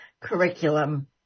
curriculum